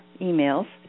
emails